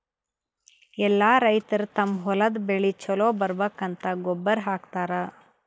ಎಲ್ಲಾ ರೈತರ್ ತಮ್ಮ್ ಹೊಲದ್ ಬೆಳಿ ಛಲೋ ಬರ್ಬೇಕಂತ್ ಗೊಬ್ಬರ್ ಹಾಕತರ್